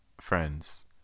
friends